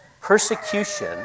persecution